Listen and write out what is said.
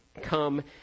come